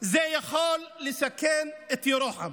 יכולה לסכן את ירוחם.